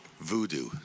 Voodoo